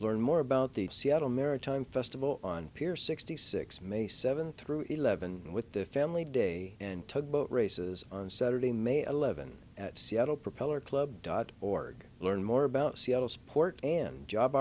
learn more about the seattle maritime festival on pier sixty six maybe seven through eleven with the family day and tug boat races on saturday may eleventh at seattle propellor club dot org learn more about seattle support and job